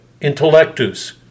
intellectus